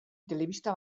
telebista